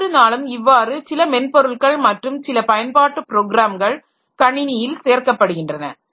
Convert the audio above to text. ஒவ்வொரு நாளும் இவ்வாறு சில மென்பொருள்கள் மற்றும் சில பயன்பாட்டு ப்ரோக்ராம்கள் கணினியில் சேர்க்கப்படுகின்றன